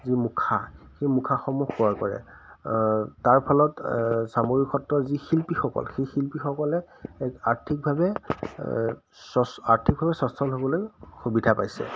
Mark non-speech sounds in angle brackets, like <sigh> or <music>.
যি মুখা সেই মুখাসমূহ <unintelligible> পৰে তাৰ ফলত চামগুৰি সত্ৰ যি শিল্পীসকল সেই শিল্পীসকলে এক আৰ্থিকভাৱে চ আৰ্থিকভাৱে সচ্ছল হ'বলৈ সুবিধা পাইছে